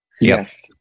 yes